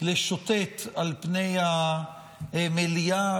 לשוטט על פני המליאה.